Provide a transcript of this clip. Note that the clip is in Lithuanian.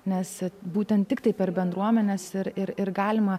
nes būtent tiktai per bendruomenes ir ir galima